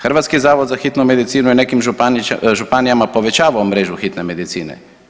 Hrvatski zavod za hitnu medicinu je nekim županijama povećavao mrežu hitne medicine.